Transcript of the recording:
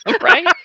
Right